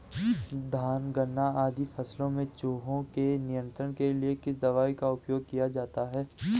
धान गन्ना आदि फसलों में चूहों के नियंत्रण के लिए किस दवाई का उपयोग किया जाता है?